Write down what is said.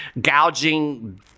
gouging